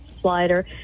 slider